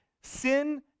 Sin